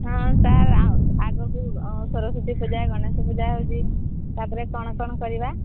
ହଁ ସାର୍ ଆଗକୁ ସରସ୍ୱତୀ ପୂଜା ଗଣେଶ ପୂଜା ହେଉଛି ତା'ପରେ କ'ଣ କ'ଣ କରିବା